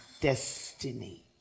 destiny